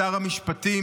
שר המשפטים,